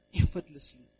effortlessly